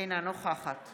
אינה נוכחת